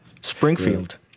Springfield